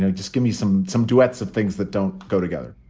ah just give me some some duets of things that don't go together.